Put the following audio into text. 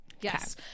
yes